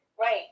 Right